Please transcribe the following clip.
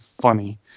funny